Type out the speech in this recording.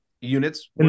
units